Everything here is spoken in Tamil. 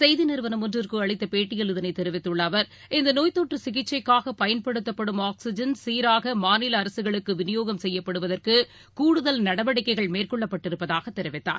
செய்திநிறுவனம் ஒன்றிற்குஅளித்தபேட்டியில் இதனைதெரிவித்துள்ளஅவர் இந்தநோய் தொற்றுசிகிச்சைக்காகபயன்படுத்தப்படும் சீராகமாநிலஅரசுகளுக்குவிநியோகம் ஆக்ஸிஐன் செய்யப்படுவதற்குகூடுதல் நடவடிக்கைகள் மேற்கொள்ளப்பட்டிருப்பதாகதெரிவித்தார்